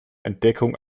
entdeckung